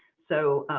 so,